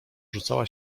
rzucała